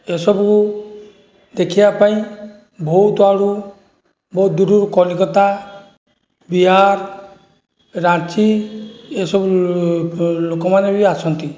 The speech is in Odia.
ଏସବୁ ଦେଖିବାପାଇଁ ବହୁତ ଆଡ଼ୁ ବହୁତ ଦୂରରୁ କଲିକତା ବିହାର ରାଞ୍ଚି ଏସବୁ ଲୋକମାନେ ବି ଆସନ୍ତି